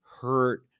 hurt